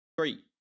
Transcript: Three